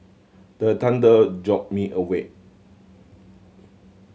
the thunder jolt me awake